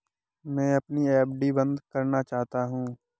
मैं अपनी एफ.डी बंद करना चाहता हूँ